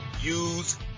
use